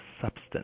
substance